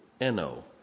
N-O